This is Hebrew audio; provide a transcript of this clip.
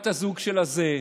בת הזוג של הזה,